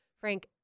Frank